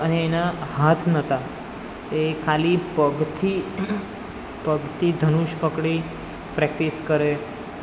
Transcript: અને એનાં હાથ નહોતાં એ ખાલી પગથી પગથી ધનુષ પકડી પ્રેક્ટિસ કરે